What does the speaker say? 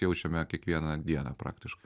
jaučiame kiekvieną dieną praktiškai